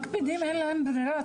מקפידים, אין להם ברירה.